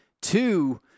Two